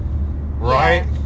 right